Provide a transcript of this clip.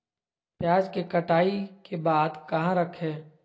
प्याज के कटाई के बाद कहा रखें?